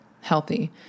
healthy